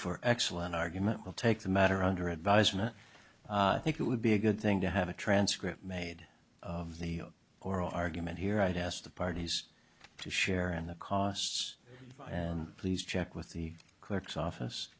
for excellent argument will take the matter under advisement i think it would be a good thing to have a transcript made of the oral argument here i'd ask the parties to share in the costs and please check with the clerk's office